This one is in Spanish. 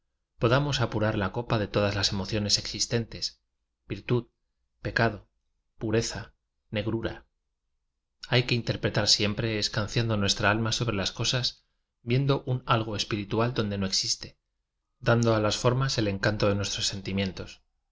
podamos apurar la copa de todas las emociones existentes virtud pecado pureza negrura hay que interpretar siempre escanciando nuestra alma sobre las cosas viendo un algo espiritual donde no existe dando a las formas el encanto de nuestros sentimientos